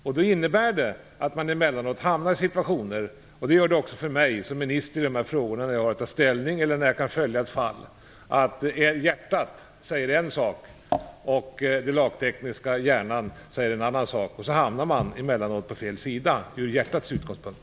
Det innebär att man emellanåt hamnar i situationer - det gör även jag när jag som minister skall ta ställning eller följa ett fall - då hjärtat säger en sak och den lagtekniska hjärnan säger en annan sak. Då hamnar man ibland på fel sida ur hjärtats utgångspunkt.